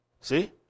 See